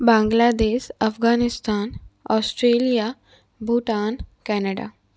Bangladesh Afghanistan Australia Bhutan Canada